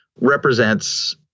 represents